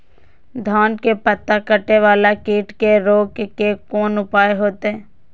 धान के पत्ता कटे वाला कीट के रोक के कोन उपाय होते?